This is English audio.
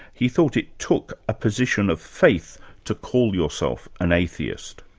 he thought it took a position of faith to call yourself an atheist.